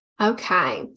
Okay